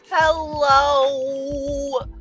Hello